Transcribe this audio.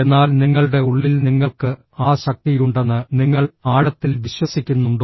എന്നാൽ നിങ്ങളുടെ ഉള്ളിൽ നിങ്ങൾക്ക് ആ ശക്തിയുണ്ടെന്ന് നിങ്ങൾ ആഴത്തിൽ വിശ്വസിക്കുന്നുണ്ടോ